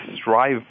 strive